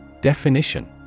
Definition